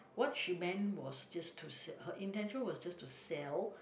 what she meant was just to se~ her intention was just to sell